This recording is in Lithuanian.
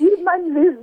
ji man vis